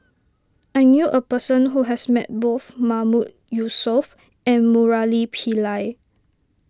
I knew a person who has met both Mahmood Yusof and Murali Pillai